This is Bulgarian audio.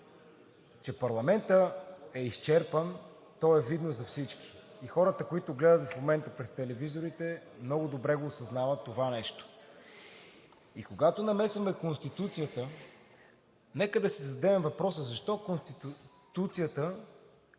Че парламентът е изчерпан, то е видно за всички. И хората, които гледат в момента през телевизорите, много добре го осъзнават това нещо. И когато намесваме Конституцията, нека да си зададем въпроса защо Конституцията